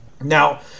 Now